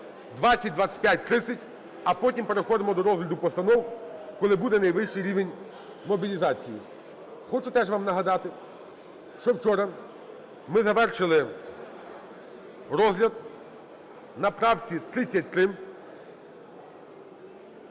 20, 25, 30, а потім переходимо до розгляду постанов, коли буде найвищий рівень мобілізації. Хочу теж вам нагадати, що вчора ми завершили розгляд на 35 правці.